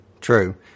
True